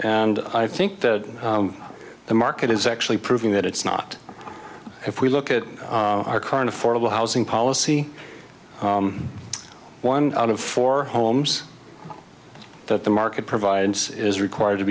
and i think that the market is actually proving that it's not if we look at our current affordable housing policy one out of four homes that the market provides is required to